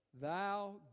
thou